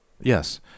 Yes